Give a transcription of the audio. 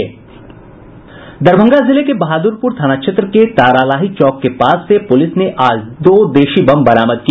दरभंगा जिले के बहादुरपुर थाना क्षेत्र के तारालाही चौक के पास से पुलिस ने आज दो देशी बम बरामद किया